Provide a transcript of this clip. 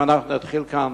אם אנחנו נתחיל כאן